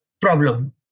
problem